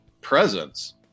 presence